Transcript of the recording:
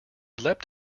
leapt